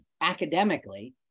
academically